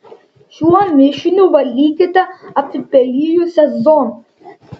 šiuo mišiniu valykite apipelijusias zonas